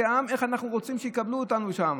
איך אנחנו רוצים שיקבלו אותנו שם.